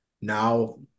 now